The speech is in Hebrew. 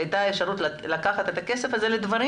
הייתה אפשרות לקחת את הכסף הזה לדברים